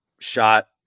shot